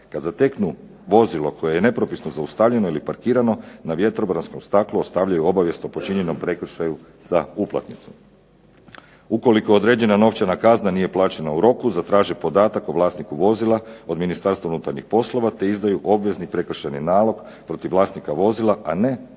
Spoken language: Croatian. Kad zateknu vozilo koje je nepropisno zaustavljeno ili parkirano na vjetrobranskom staklu ostavljaju obavijest o počinjenom prekršaju sa uplatnicom. Ukoliko određena novčana kazna nije plaćena u roku zatraži podatak o vlasniku vozila od Ministarstva unutarnjih poslova, te izdaju obvezni prekršajni nalog protiv vlasnika vozila, a ne protiv